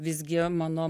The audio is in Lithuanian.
visgi mano